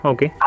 Okay